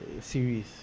series